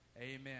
Amen